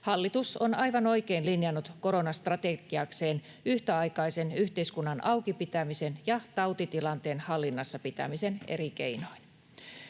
Hallitus on aivan oikein linjannut koronastrategiakseen yhtäaikaisen yhteiskunnan auki pitämisen ja tautitilanteen hallinnassa pitämisen eri keinoin.